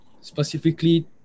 specifically